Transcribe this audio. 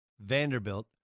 Vanderbilt